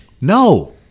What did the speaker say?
No